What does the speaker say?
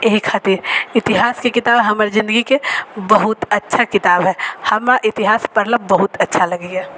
एहि खातिर इतिहास के किताब हमर ज़िंदगी के बहुत अच्छा किताब है हमर इतिहास पढ़ला बहुत अच्छा लगैया